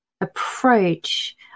approach